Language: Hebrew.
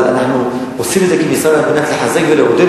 אבל אנחנו עושים את זה כמשרד על מנת לחזק ולעודד